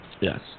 Yes